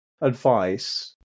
advice